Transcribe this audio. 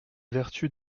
vertu